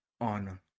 on